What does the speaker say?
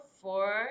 four